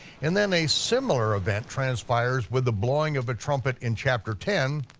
and then a similar event transpires with the blowing of a trumpet in chapter ten,